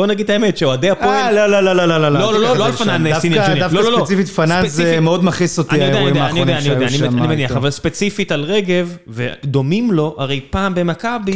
בוא נגיד האמת, שאוהדי הפועל. לא, לא, לא. לא, לא, לא, לא על פנאן... דווקא ספציפית פנאן זה מאוד מכעיס אותי האירועים האחרונים שהיו. אני יודע, אני יודע, אני מניח, אבל ספציפית על רגב, ודומים לו, הרי פעם במכבי,